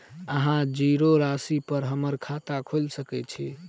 अहाँ जीरो राशि पर हम्मर खाता खोइल सकै छी?